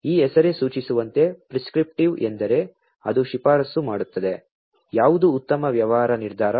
ಈ ಹೆಸರೇ ಸೂಚಿಸುವಂತೆ ಪ್ರಿಸ್ಕ್ರಿಪ್ಟಿವ್ ಎಂದರೆ ಅದು ಶಿಫಾರಸು ಮಾಡುತ್ತದೆ ಯಾವುದು ಉತ್ತಮ ವ್ಯವಹಾರ ನಿರ್ಧಾರ